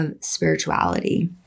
spirituality